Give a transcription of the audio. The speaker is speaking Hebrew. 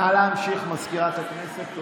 נא להמשיך, מזכירת הכנסת.